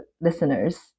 listeners